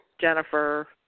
Jennifer